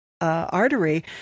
artery